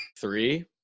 Three